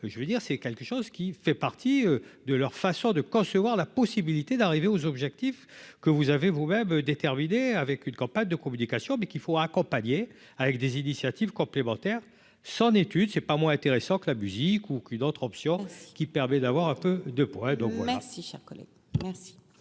je veux dire c'est quelque chose qui fait partie de leur façon de concevoir la possibilité d'arriver aux objectifs que vous avez vous-même déterminé avec une campagne de communication, mais qu'il faut accompagner avec des initiatives complémentaires s'en études c'est pas moins intéressant que la musique ou qu'une autre option qui permet d'avoir un peu de poids, donc voilà. Si cher collègue,